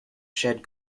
shed